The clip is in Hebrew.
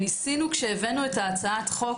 כשהבאנו את הצעת החוק,